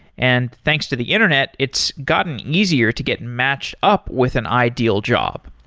and thanks to the internet, it's gotten easier to get matched up with an ideal job.